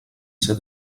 ser